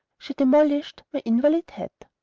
she demolished my invalid